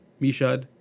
Mishad